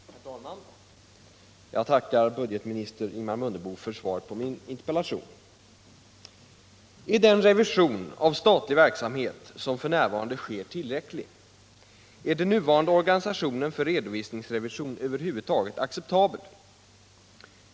Herr talman! Jag tackar budgetminister Mundebo för svaret på min interpellation. Är den revision av statlig verksamhet som f. n. sker tillräcklig? Är den nuvarande organisationen för redovisningsrevision över huvud taget acceptabel?